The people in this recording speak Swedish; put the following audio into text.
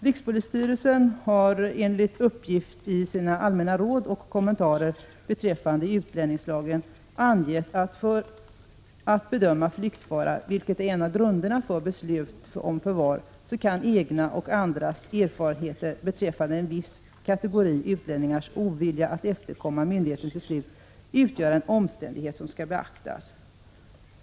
Rikspolisstyrelsen har enligt uppgift i sina allmänna råd och kommentarer beträffande utlänningslagen angett att för att bedöma flyktfara, vilket är en av grunderna för beslut om förvar, kan egna och andras erfarenheter beträffande en viss kategori utlänningars ovilja att efterkomma myndighetens beslut utgöra en omständighet som skall beaktas.